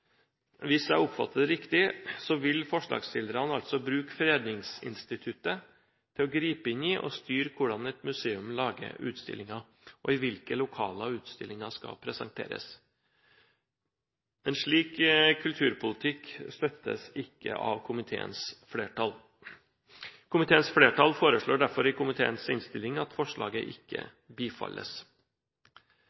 Hvis jeg oppfatter det riktig, vil forslagsstillerne altså bruke fredningsinstituttet til å gripe inn i og styre hvordan et museum skal lage utstillinger, og i hvilke lokaler utstillingen skal presenteres. En slik kulturpolitikk støttes ikke av komiteens flertall. Komiteens flertall foreslår derfor i innstillingen at forslaget ikke